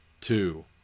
two